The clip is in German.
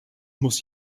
muss